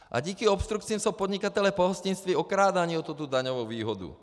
A díky obstrukcím jsou podnikatelé pohostinství okrádáni o tuto daňovou výhodu.